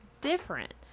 different